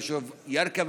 היישוב ירכא,